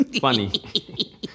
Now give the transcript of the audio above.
Funny